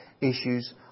issues